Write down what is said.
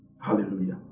Hallelujah